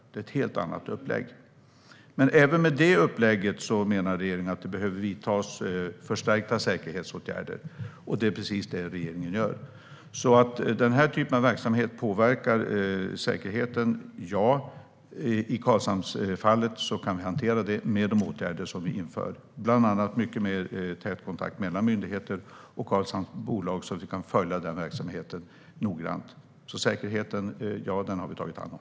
Det är ett helt annat upplägg. Men även med det upplägget menar regeringen att det behöver vidtas förstärkta säkerhetsåtgärder, och det är precis det regeringen gör. Så ja, denna typ av verksamhet påverkar säkerheten, men i fallet med Karlshamn kan vi hantera det med de åtgärder vi inför. Det rör sig bland annat om mycket tätare kontakt mellan myndigheter och Karlshamns bolag så att vi kan följa verksamheten noggrant. Så säkerheten har vi tagit hand om.